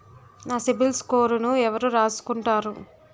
నా సిబిల్ స్కోరును ఎవరు రాసుకుంటారు